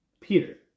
Peter